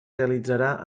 realitzarà